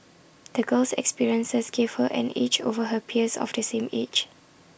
the girl's experiences gave her an edge over her peers of the same age